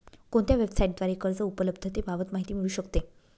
कोणत्या वेबसाईटद्वारे कर्ज उपलब्धतेबाबत माहिती मिळू शकते?